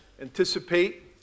anticipate